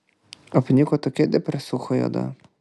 apniko tokia depresūcha juoda